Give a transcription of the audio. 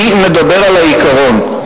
אני מדבר על העיקרון.